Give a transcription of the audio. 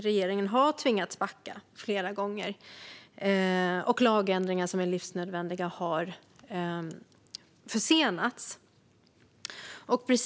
Regeringen har tvingats backa flera gånger, och lagändringar som är livsnödvändiga har försenats.